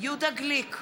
יהודה גליק,